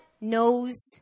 knows